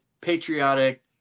patriotic